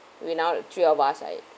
we now the three of us right